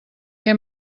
què